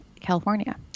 California